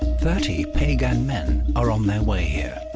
thirty piegan men are on there way here.